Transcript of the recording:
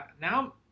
Now